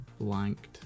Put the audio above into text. blanked